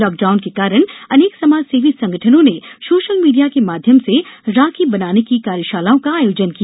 lockdown के कारण अनेक समाजसेवी संगठनों ने सोशल मीडिया के माध्यम से राखी बनाने की कार्यशालाओं का आयोजन किया